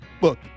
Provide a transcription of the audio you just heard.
look